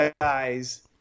guys